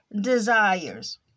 desires